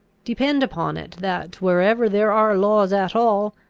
depend upon it that, wherever there are laws at all,